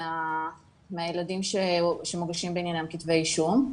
מהילדים שמוגשים בעניינם כתבי אישום.